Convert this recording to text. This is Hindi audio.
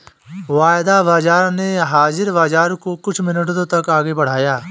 वायदा बाजार ने हाजिर बाजार को कुछ मिनटों तक आगे बढ़ाया